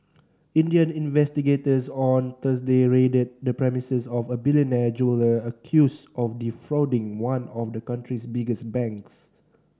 Indian investigators on Thursday raided the premises of a billionaire jeweller accused of defrauding one of the country's biggest banks